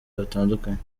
batandukanye